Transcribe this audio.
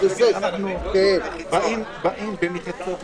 (הישיבה נפסקה בשעה 19:10 ונתחדשה בשעה